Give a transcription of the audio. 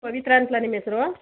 ಪವಿತ್ರ ಅಂತಲಾ ನಿಮ್ಮ ಹೆಸ್ರು